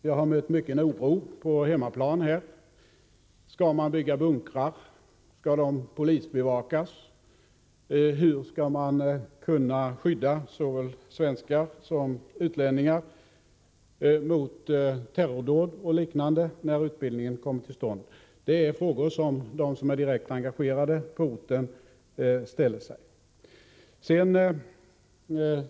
Jag har mött mycken oro på hemmaplan: Skall man bygga bunkrar, skall de polisbevakas, hur skall man kunna skydda såväl svenskar som utlänningar mot terrordåd och liknande när utbildningen kommer till stånd? Det är frågor som de som är direkt engagerade på orten ställer sig.